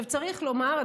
צריך לומר,